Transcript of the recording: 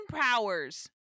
powers